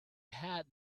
had